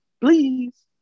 please